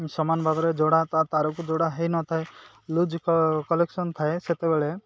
ସମାନ ଭାବରେ ଯୋଡ଼ା ତା ତାରକୁ ଯୋଡ଼ା ହେଇ ନଥାଏ ଲୁଜ୍ କନେକ୍ସନ୍ ଥାଏ ସେତେବେଳେ